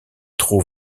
trop